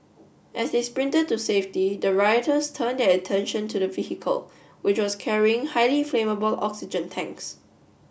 as they sprinted to safety the rioters turned attention to the vehicle which was carrying highly flammable oxygen tanks